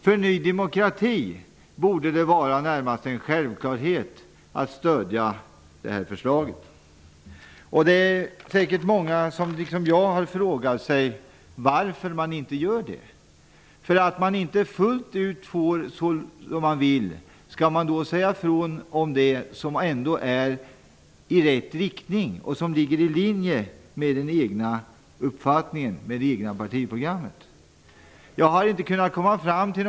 För Ny demokrati borde det närmast vara en självklarhet att stödja förslaget. Det är säkert många som liksom jag har frågat sig varför man inte gör det. Skall man säga nej till det som ändå är i rätt riktning och som ligger i linje med den egna uppfattningen och det egna partiprogrammet därför att man inte fullt ut får som man vill?